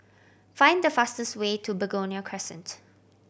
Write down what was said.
find the fastest way to Begonia Crescent